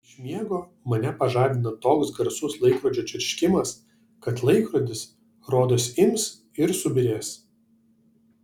iš miego mane pažadina toks garsus laikrodžio čirškimas kad laikrodis rodos ims ir subyrės